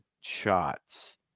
shots